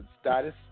status